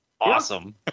awesome